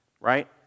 right